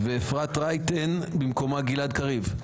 ואפרת רייטן במקומה גלעד קריב.